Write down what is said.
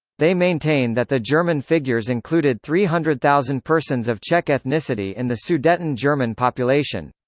they maintain that the german figures included three hundred thousand persons of czech ethnicity in the sudeten german population.